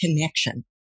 connection